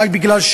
רק כי הם,